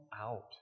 out